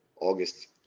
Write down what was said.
August